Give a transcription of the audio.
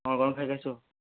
କ'ଣ କ'ଣ ଖାଇକି ଆସିବ